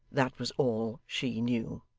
that was all she knew.